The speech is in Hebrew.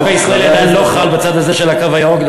החוק הישראלי עדיין לא חל בצד הזה של הקו הירוק,